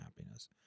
happiness